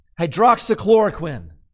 hydroxychloroquine